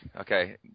okay